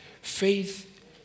Faith